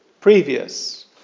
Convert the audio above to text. previous